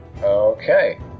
Okay